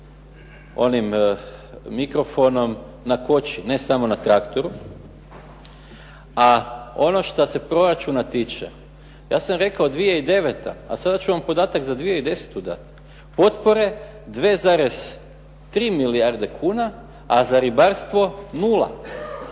onim mikrofonom na koći ne samo na traktoru, a ono što se proračuna tiče ja sam rekao 2009., a sada ću vam podatak za 2010. dati. Potpore 2,3 milijarde kuna, a za ribarstvo nula.